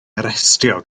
arestio